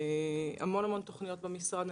יש המון המון תוכניות במשרד.